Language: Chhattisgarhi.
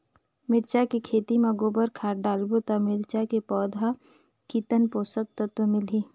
मिरचा के खेती मां गोबर खाद डालबो ता मिरचा के पौधा कितन पोषक तत्व मिलही?